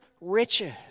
riches